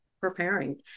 preparing